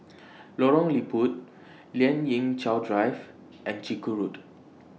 Lorong Liput Lien Ying Chow Drive and Chiku Road